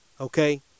Okay